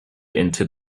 into